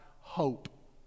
hope